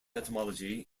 etymology